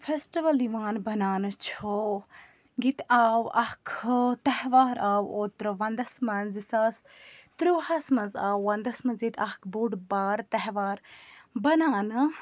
festival یِوان بَناونہٕ چھُ ییٚتہِ آو اَکھ ٲں تہوار آو اوترٕ وَنٛدَس منٛز زٕ ساس ترٛیٛووُہَس منٛز آو وَنٛدَس منٛز ییٚتہِ اَکھ بوٚڑ بار تہوار بَناونہٕ